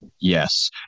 Yes